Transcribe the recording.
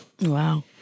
Wow